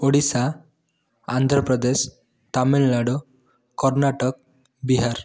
Odisha Andhra Pradesh Tamil Nadu Karnataka Bihar